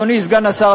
אדוני סגן השר,